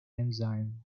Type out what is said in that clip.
enzyme